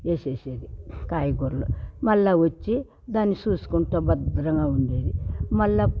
వేసేసేది కాయగూరలు మళ్ళా వచ్చి దాన్ని చూసుకుంటూ భద్రంగా ఉండేది మళ్ళా